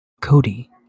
Cody